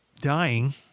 dying